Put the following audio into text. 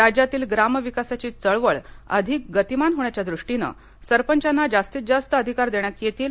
राज्यातील ग्रामविकासाची चळवळ अधिक गतिमान होण्याच्या दृष्टीनं सरपंचांना जास्तीत जास्त अधिकार देण्यात येतील